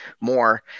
more